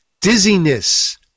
dizziness